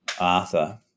Arthur